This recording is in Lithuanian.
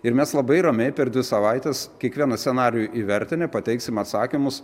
ir mes labai ramiai per dvi savaites kiekvieną scenarijų įvertinę pateiksim atsakymus